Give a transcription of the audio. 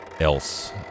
else